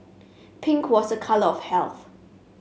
pink was a colour of health